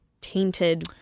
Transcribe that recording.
tainted